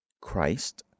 Christ